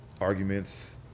arguments